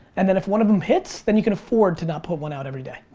and then if one of them hits? then you can afford to not put one out everyday.